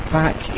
back